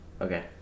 Okay